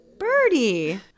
birdie